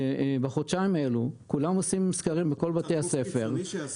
בחודשיים האלה כולם עושים סקרים בכל בתי הספר.